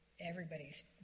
everybody's